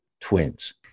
twins